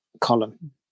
column